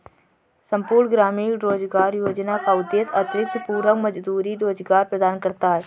संपूर्ण ग्रामीण रोजगार योजना का उद्देश्य अतिरिक्त पूरक मजदूरी रोजगार प्रदान करना है